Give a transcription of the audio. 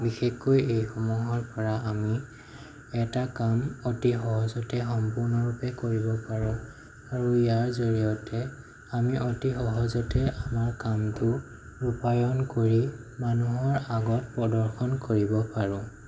বিশেষকৈ এইসমূহৰ পৰা আমি এটা কাম অতি সহজতে সম্পূৰ্ণৰূপে কৰিব পাৰোঁ আৰু ইয়াৰ জৰিয়তে আমি অতি সহজতে আমাৰ কামবোৰ ৰূপায়ণ কৰি মানুহৰ আগত প্ৰদৰ্শন কৰিব পাৰোঁ